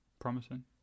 promising